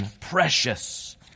precious